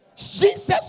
Jesus